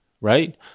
right